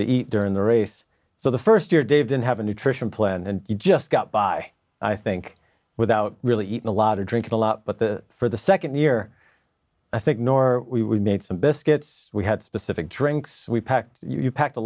to eat during the race so the first year dave didn't have a nutrition plan and he just got by i think without really eating a lot of drinking a lot but the for the second year i think nor we made some biscuits we had specific drinks we packed you packed a